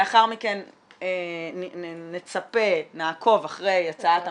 לאחר מכן נצפה, נעקוב אחרי הצעת המחליטים,